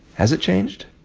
has it changed?